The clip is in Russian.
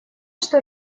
что